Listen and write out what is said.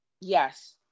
Yes